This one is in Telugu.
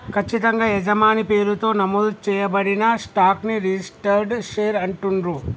ఖచ్చితంగా యజమాని పేరుతో నమోదు చేయబడిన స్టాక్ ని రిజిస్టర్డ్ షేర్ అంటుండ్రు